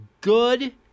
good